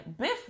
Biff